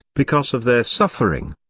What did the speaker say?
because of their suffering,